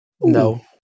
No